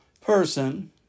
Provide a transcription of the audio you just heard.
person